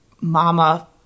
mama